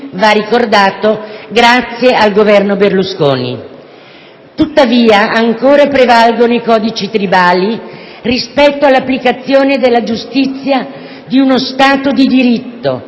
va ricordato, grazie al Governo Berlusconi. Tuttavia, prevalgono ancora i codici tribali rispetto all'applicazione della giustizia di uno Stato di diritto